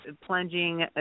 plunging